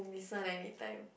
this one I need time